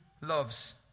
loves